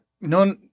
no